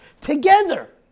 together